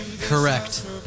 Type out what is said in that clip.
Correct